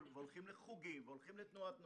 והולכים לחוגים והולכים לתנועת נוער.